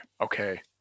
okay